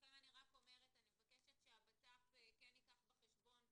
לכן אני רק אומרת אני מבקשת שהבט"פ כן ייקח בחשבון ובכלל,